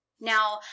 Now